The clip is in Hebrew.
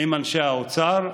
עם אנשי האוצר.